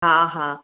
हा हा